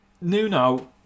Nuno